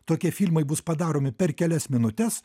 tokie filmai bus padaromi per kelias minutes